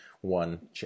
one